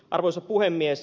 arvoisa puhemies